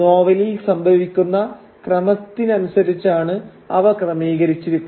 നോവലിൽ സംഭവിക്കുന്ന ക്രമത്തിനനുസരിച്ചാണ് അവ ക്രമീകരിച്ചിരിക്കുന്നത്